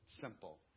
Simple